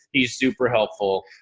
he's super helpful.